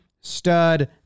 stud